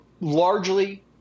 largely